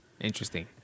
Interesting